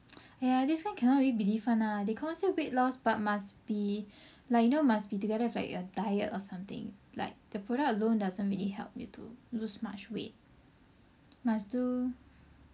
!aiya! this one cannot really believe one lah they call this weight loss but must be like you know must be together with like your diet or something like the product alone doesn't really help you to lose much weight must do